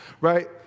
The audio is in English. right